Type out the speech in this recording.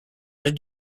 did